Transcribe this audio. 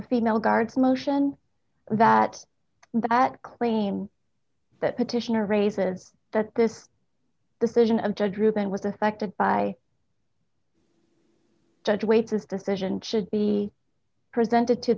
female guards motion that that claim that petitioner raises that this decision of judge ruben was affected by judge awaits his decision should be presented to